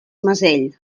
mesell